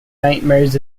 nightmares